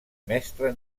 mestre